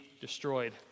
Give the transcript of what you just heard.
destroyed